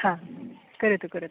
हा करोतु करोतु